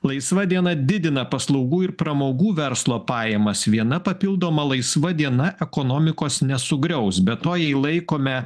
laisva diena didina paslaugų ir pramogų verslo pajamas viena papildoma laisva diena ekonomikos nesugriaus be to jei laikome